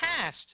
past